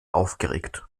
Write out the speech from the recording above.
aufgeregt